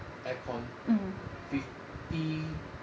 air con fifty